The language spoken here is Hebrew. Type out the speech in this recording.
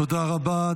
תודה רבה.